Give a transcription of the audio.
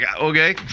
okay